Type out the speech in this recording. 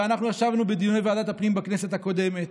ואנחנו ישבנו בדיוני ועדת הפנים בכנסת הקודמת,